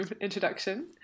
introduction